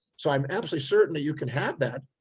so i'm absolutely certain that you can have that.